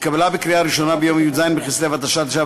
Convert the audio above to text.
התקבלה בקריאה ראשונה ביום י”ז בכסלו התשע"ה,